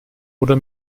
oder